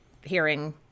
hearing